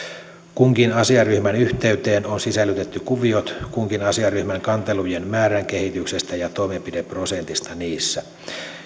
kunkin asiaryhmän yhteyteen on sisällytetty kuviot kunkin asiaryhmän kantelujen määrän kehityksestä ja toimenpideprosentista niissä